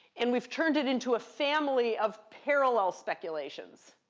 and we've turned it into a family of parallel speculations.